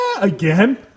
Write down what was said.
again